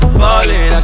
falling